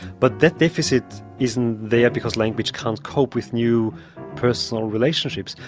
but that deficit isn't there because language can't cope with new personal relationships,